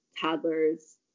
toddlers